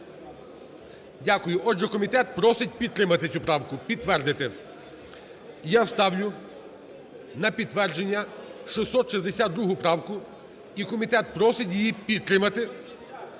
Дякую. Отже, комітет просить підтримати цю правку, підтвердити. І я ставлю на підтвердження 662 правку. І комітет просить її підтримати…